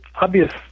obvious